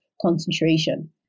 concentration